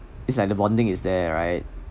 it's like the bonding is there right